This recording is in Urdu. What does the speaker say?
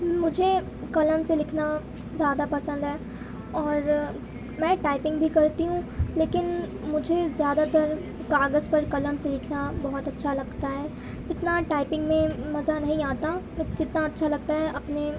مجھے قلم سے لکھنا زیادہ پسند ہے اور میں ٹائپنگ بھی کرتی ہوں لیکن مجھے زیادہ تر کاغذ پر قلم سے لکھنا بہت اچّھا لگتا ہے اتنا ٹائپنگ میں مزہ نہیں آتا کتنا اچّھا لگتا ہے اپنے